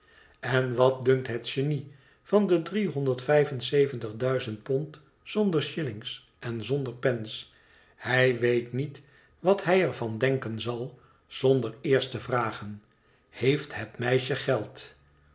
n wat dunkt het genie van de driehonderd vijf en zeventig duizend pond zonder shillings en zonder pence hij weet niet wat hij er van denken zal zonder eerst te vragen i heeft het meisje geld